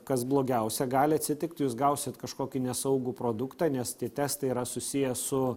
kas blogiausia gali atsitikt jūs gausit kažkokį nesaugų produktą nes tie testai yra susiję su